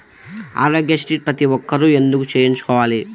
ఆరోగ్యశ్రీ ప్రతి ఒక్కరూ ఎందుకు చేయించుకోవాలి?